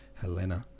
Helena